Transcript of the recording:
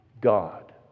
God